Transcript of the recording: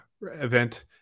event